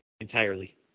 entirely